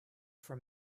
for